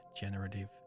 Generative